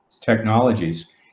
technologies